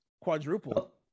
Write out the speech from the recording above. quadruple